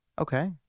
Okay